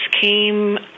came